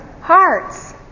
hearts